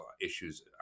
issues